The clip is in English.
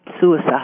suicide